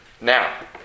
Now